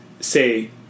say